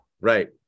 Right